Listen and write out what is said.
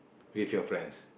with your friends